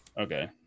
okay